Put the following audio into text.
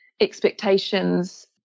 expectations